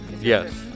Yes